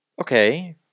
Okay